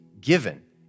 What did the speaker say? given